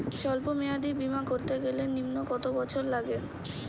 সল্প মেয়াদী বীমা করতে গেলে নিম্ন কত বছর লাগে?